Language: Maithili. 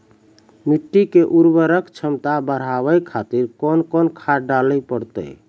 मिट्टी के उर्वरक छमता बढबय खातिर कोंन कोंन खाद डाले परतै?